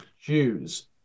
Jews